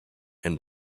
and